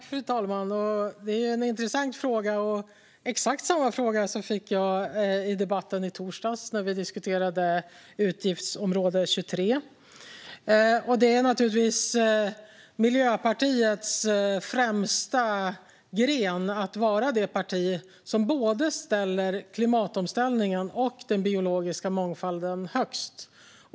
Fru talman! Det är en intressant fråga. Exakt samma fråga fick jag i debatten i torsdags när vi diskuterade utgiftsområde 23. Det är naturligtvis Miljöpartiets främsta gren att vara det parti som sätter både klimatomställningen och den biologiska mångfalden högst.